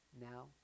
now